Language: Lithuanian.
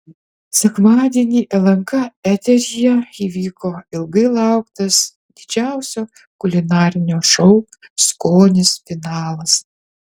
sekmadienį lnk eteryje įvyko ilgai lauktas didžiausio kulinarinio šou skonis finalas